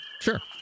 Sure